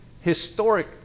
historic